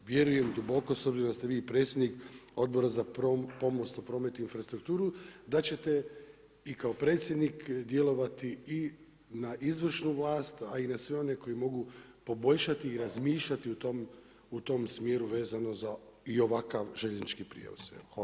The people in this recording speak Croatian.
Ja vjerujem duboko s obzirom da ste vi predsjednik Odbora za pomorstvo, prometi i infrastrukturu da ćete i kao predsjednik djelovati na izvršnu vlast, a i na sve one koji mogu poboljšati i razmišljati u tom smjeru vezano za i ovakav željeznički prijevoz.